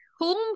Home